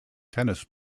tennis